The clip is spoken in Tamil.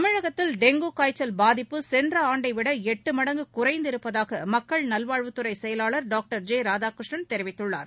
தமிழகத்தில் டெங்கு காய்ச்சல் பாதிப்பு சென்ற ஆண்டைவிட எட்டு மடங்கு குறைந்திருப்பதாக மக்கள் நல்வாழ்வுத்துறை செயலாளர் டாக்டர் ஜெ ராதாகிருஷ்ணன் தெரிவித்துள்ளார்